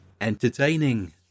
entertaining